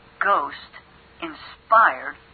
Ghost-inspired